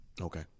Okay